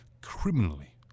criminally